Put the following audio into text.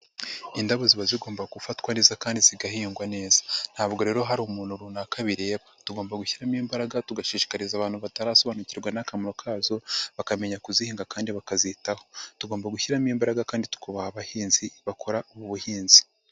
Indabo ziba zigomba gufatwa neza kandi zigahingwa neza, ntabwo rero hari umuntu runaka bireba, tugomba gushyiramo imbaraga tugashishikariza abantu batarasobanukirwa n'akamaro kazo, bakamenya kuzihinga kandi bakazitaho, tugomba gushyiramo imbaraga kandi tukubaha abahinzi bakora ubu buhinzi.